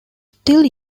still